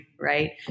right